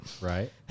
Right